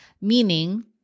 meaning